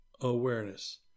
awareness